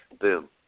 Boom